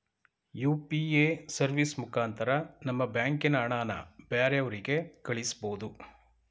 UPA service ಮುಖಾಂತರ ನಮ್ಮ ಬ್ಯಾಂಕಿನ ಹಣನ ಬ್ಯಾರೆವ್ರಿಗೆ ಕಳಿಸ್ಬೋದು